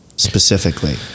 specifically